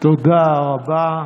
תודה רבה.